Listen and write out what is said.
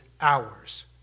hours